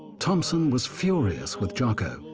thompson was furious with jaco,